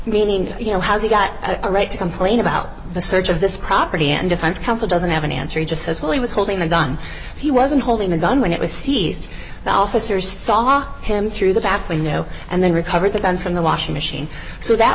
meaning you know has he got a right to complain about the search of this property and defense counsel doesn't have an answer he just says well he was holding the gun he wasn't holding the gun when it was seized the officers saw him through the gap you know and then recovered the gun from the washing machine so that